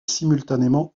simultanément